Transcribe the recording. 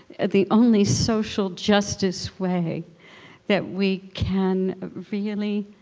the only social justice way that we can really